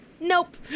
Nope